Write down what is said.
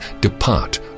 depart